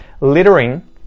littering